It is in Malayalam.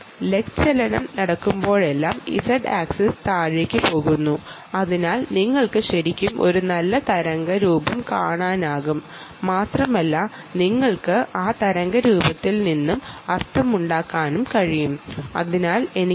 ലെഗ് ചലനം നടക്കുമ്പോഴെല്ലാം z ആക്സിസ് താഴേക്ക് പോകുന്നു അതിനാൽ നിങ്ങൾക്ക് ശരിക്കും ഒരു നല്ല വേവ് കാണാനാകും മാത്രമല്ല നിങ്ങൾക്ക് ആ വേവിൽ നിന്ന് പലതും മനസ്സിലാക്കാനും കഴിയും